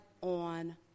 on